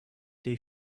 they